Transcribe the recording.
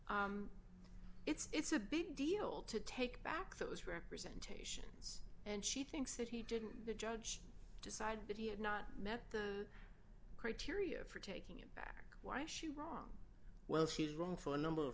l it's a big deal to take back that was representation and she thinks that he didn't the judge decide that he had not met the criteria for taking him back why she wrong well she's wrong for a number of